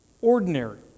Ordinary